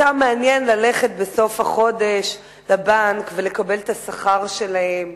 אותם מעניין ללכת בסוף החודש לבנק ולקבל את השכר שלהם.